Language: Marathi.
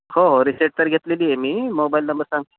हो हो रिसेट तर घेतलेली आहे मी मोबाईल नंबर सांग